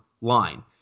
line